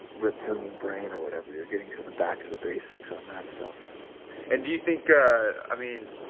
reptilian brain or whatever, you are getting to the back to the basics on that stuff and, do you think, i i mean,